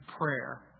prayer